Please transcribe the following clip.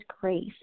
grace